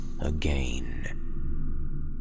again